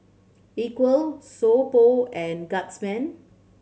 Equal So Pho and Guardsman